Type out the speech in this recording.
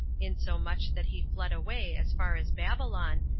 insomuch that he fled away as far as babylon,